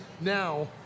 now